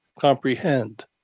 comprehend